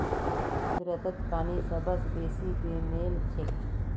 कुदरतत पानी सबस बेसी बेमेल छेक